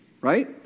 Right